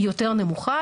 היא יותר נמוכה.